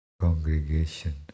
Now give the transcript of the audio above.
congregation